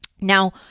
Now